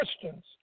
Christians